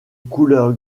couleur